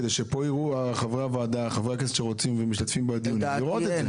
כדי שחברי הכנסת שרוצים ומשתתפים בדיונים יוכלו לראות אותה.